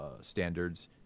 standards